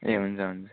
ए हुन्छ हुन्छ